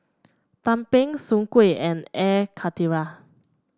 tumpeng Soon Kuih and Air Karthira